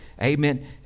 Amen